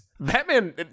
Batman